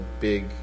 big